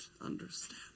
understand